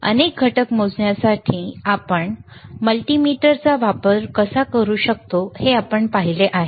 अनेक घटक मोजण्यासाठी आपण मल्टीमीटरचा वापर कसा करू शकतो हे आपण पाहिले आहे